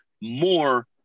more